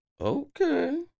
Okay